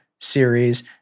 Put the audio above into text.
series